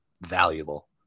valuable